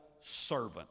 servant